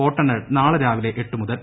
വോട്ടെണ്ണൽ നാളെ രാവിലെ എട്ടുമുതൽ